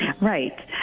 right